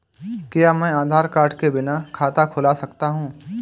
क्या मैं आधार कार्ड के बिना खाता खुला सकता हूं?